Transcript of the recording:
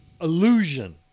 illusion